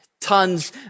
tons